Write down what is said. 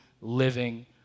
living